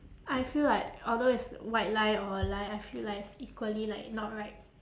I feel like although it's white lie or a lie I feel like it's equally like not right